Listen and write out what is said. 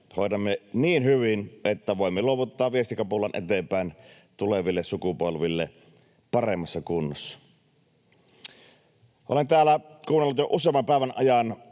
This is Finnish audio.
hoidamme niin hyvin, että voimme luovuttaa viestikapulan eteenpäin tuleville sukupolville paremmassa kunnossa. Olen täällä kuunnellut jo useamman päivän ajan